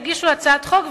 יגישו הצעת חוק,